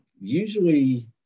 Usually